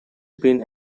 been